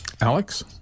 Alex